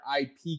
IP